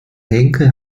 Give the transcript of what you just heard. henkel